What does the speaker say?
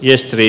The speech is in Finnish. miesten i